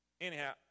anyhow